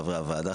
חברי הוועדה,